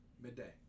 Midday